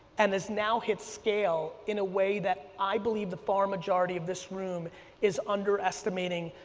and is now hit scale in a way that i believe the far majority of this room is under estimating,